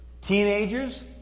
Teenagers